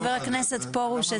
ח"כ פרוש,